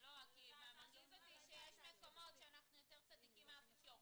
--- מרגיז אותי שישנם מקומות בהם אנחנו יותר צדיקים מהאפיפיור.